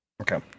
Okay